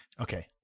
Okay